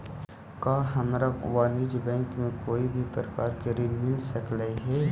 का हमरा वाणिज्य बैंक से कोई भी प्रकार के ऋण मिल सकलई हे?